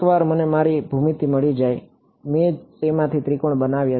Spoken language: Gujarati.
એકવાર મને મારી ભૂમિતિ મળી જાય મેં તેમાંથી ત્રિકોણ બનાવ્યા